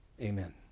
amen